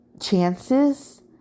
Chances